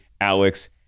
Alex